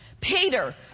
Peter